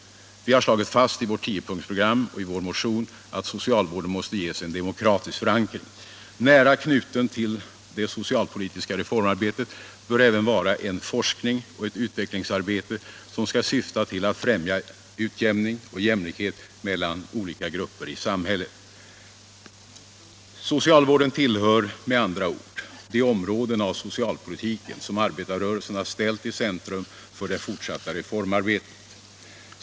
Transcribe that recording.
Vi har slagit fast i vårt tiopunktsprogram och i vår motion att socialvården måste ges en demokratisk förankring. Nära knutna till det socialpolitiska reformarbetet bör även vara en forskning och ett utvecklingsarbete, som skall syfta till att främja utjämning och jämlikhet mellan olika grupper i samhället. Socialvården tillhör med andra ord de områden av socialpolitiken som arbetarrörelsen har ställt i centrum för det fortsatta reformarbetet.